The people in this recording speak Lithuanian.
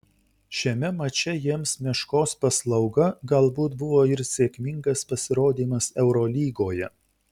šiame mače jiems meškos paslauga galbūt buvo ir sėkmingas pasirodymas eurolygoje